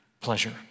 pleasure